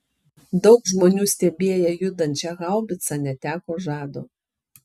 daug žmonių stebėję judančią haubicą neteko žado